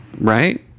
Right